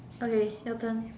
okay your turn